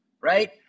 right